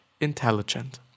intelligent